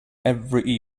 every